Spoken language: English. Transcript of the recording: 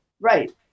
right